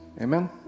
Amen